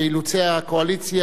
באילוצי הקואליציה,